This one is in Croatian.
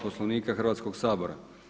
Poslovnika Hrvatskog sabora.